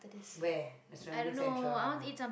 where at Serangoon central one ah